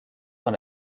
dans